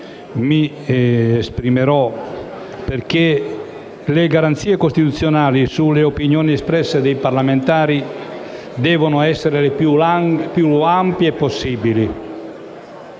successivo, perché le garanzie costituzionali sulle opinioni espresse dai parlamentari devono essere le più ampie possibili.